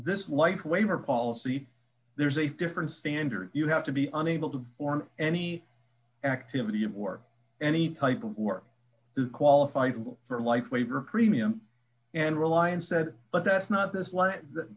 this life waiver policy there's a different standard you have to be unable to form any activity of war any type of work to qualify for life waiver of premium and reliance said but that's not this